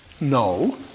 No